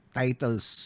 titles